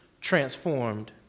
transformed